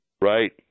Right